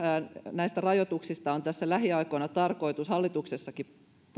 näistä rajoituksista on lähiaikoina tarkoitus hallituksessakin